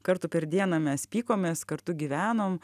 kartų per dieną mes pykomės kartu gyvenom